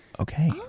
Okay